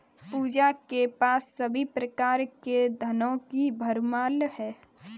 पूजा के पास सभी प्रकार के धनों की भरमार है